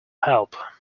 help